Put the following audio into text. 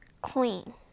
clean